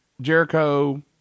Jericho